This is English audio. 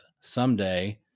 someday